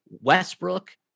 Westbrook